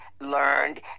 learned